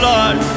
Lord